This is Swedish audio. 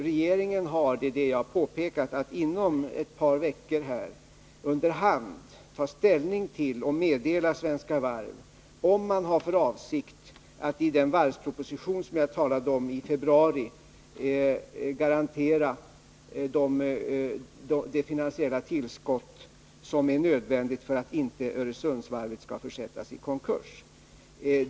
Regeringen har då — det är det jag har påpekat — att inom ett par veckor under hand ta ställning och meddela Svenska Varv om den har för avsikt att i den varvsproposition som jag talade om och som kommer i februari garantera det finansiella tillskott som är nödvändigt för att Öresundsvarvet inte skall försättas i konkurs.